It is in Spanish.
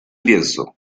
lienzo